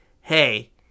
hey